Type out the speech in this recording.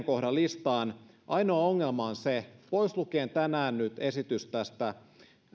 kohdan listaanne ainoa ongelma on se että pois lukien tämänpäiväinen esitys